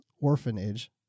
orphanage